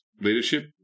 leadership